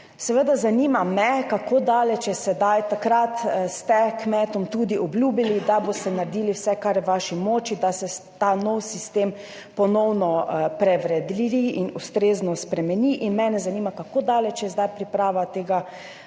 Seveda, zanima me, kako daleč je sedaj. Takrat ste kmetom obljubili, da boste naredili vse, kar je v vaši moči, da se ta novi sistem ponovno prevetri in ustrezno spremeni. Zanima me: Kako daleč je zdaj priprava